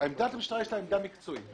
למשטרה יש עמדה מקצועית.